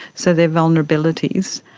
so their vulnerabilities,